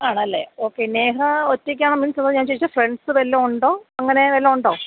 ആണല്ലേ ഓക്കെ നേഹ ഒറ്റയ്ക്കാണോ മീൻസ് അതോ ഞാൻ ചോദിച്ചത് ഫ്രണ്ട്സ് വല്ലതും ഉണ്ടോ അങ്ങനെ വല്ലതും ഉണ്ടോ